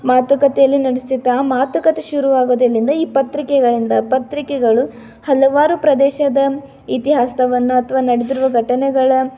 ಮಾತುಕತೆಯಲ್ಲಿ ನಡೆಸುತ್ತ ಆ ಮಾತುಕತೆ ಶುರುವಾಗೋದು ಎಲ್ಲಿಂದ ಈ ಪತ್ರಿಕೆಗಳಿಂದ ಪತ್ರಿಕೆಗಳು ಹಲವಾರು ಪ್ರದೇಶದ ಇತಿಹಾಸವನ್ನು ಅಥವಾ ನಡೆದಿರುವ ಘಟನೆಗಳ